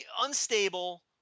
unstable